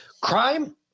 crime